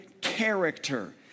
character